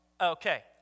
Okay